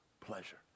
pleasure